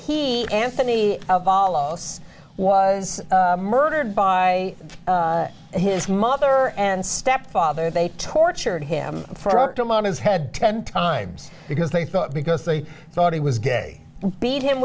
he anthony of all oss was murdered by his mother and stepfather they tortured him for octomom his head ten times because they thought because they thought he was gay beat him